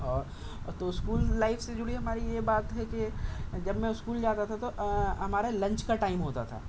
اور تو school life سے جُڑی ہماری یہ بات ہے کہ جب میں اسکول جاتا تھا تو ہمارا لنچ کا ٹائم ہوتا تھا